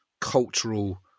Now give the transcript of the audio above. cultural